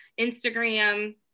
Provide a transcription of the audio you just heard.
Instagram